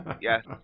Yes